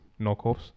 knockoffs